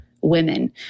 women